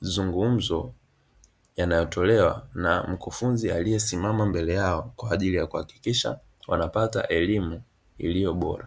mazungumzo yanayotolewa na mkufunzi aliyesimama mbele yao, kwa ajili ya kuhakikisha wanapata elimu iliyo bora.